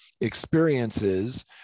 experiences